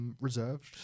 reserved